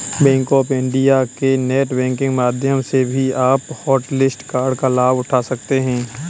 bank of India के net banking माध्यम से भी आप हॉटलिस्ट कार्ड का लाभ उठा सकते हैं